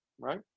right